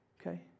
Okay